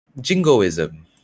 jingoism